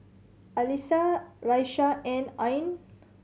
Alyssa Raisya and Ain